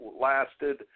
lasted